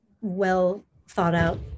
well-thought-out